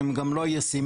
הם גם לא ישימים,